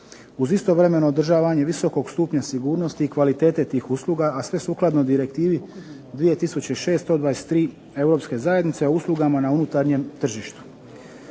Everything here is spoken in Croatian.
uz istovremeno održavanje visokog stupnja sigurnosti i kvalitete tih usluga, a sve sukladno Direktivi 2006. 123 Europske zajednice a uslugama na unutarnjem tržištu.